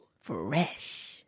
Fresh